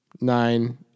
nine